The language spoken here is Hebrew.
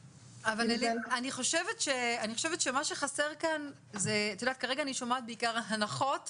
אני חושבת שמה שחסר כאן כרגע אני שומעת כאן בעיקר הנחות וחששות.